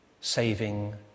saving